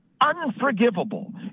unforgivable